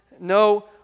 no